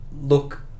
look